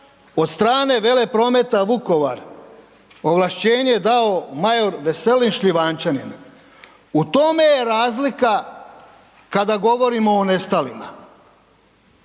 od stane Veleprometa Vukovar, ovlašćenje je dao major Veselin Šljivančanin. U tome je razlika kada govorimo o nestalima.